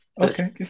Okay